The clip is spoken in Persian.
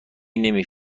نمی